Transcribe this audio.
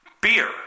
beer